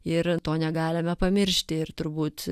ir to negalime pamiršti ir turbūt